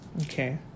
Okay